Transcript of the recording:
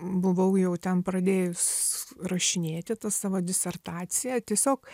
buvau jau ten pradėjus rašinėti tą savo disertaciją tiesiog